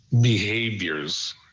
behaviors